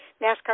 NASCAR